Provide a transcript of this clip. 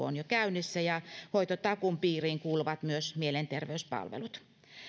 on jo käynnissä ja hoitotakuun piiriin kuuluvat myös mielenterveyspalvelut